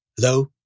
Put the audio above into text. hello